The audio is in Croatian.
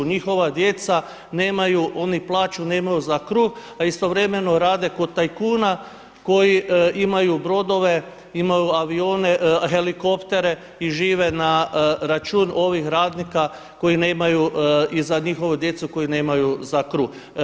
Njihova djeca nemaju, oni plaću nemaju za kruh, a istovremeno rade kod tajkuna koji imaju brodove, imaju avione, helikoptere i žive na račun ovih radnika koji nemaju i za njihovu djecu koji nemaju za kruh.